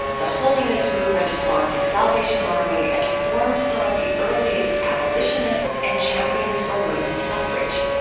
the holiness movement spawned the salvation army and formed some of the earliest abolitionist and champions for women's suffrage.